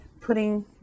putting